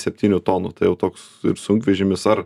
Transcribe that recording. septynių tonų tai jau toks sunkvežimis ar